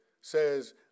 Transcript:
says